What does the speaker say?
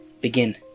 begin